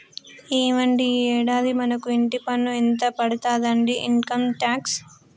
ఏవండి ఈ యాడాది మనకు ఇంటి పన్ను ఎంత పడతాదండి ఇన్కమ్ టాక్స్